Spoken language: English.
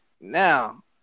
Now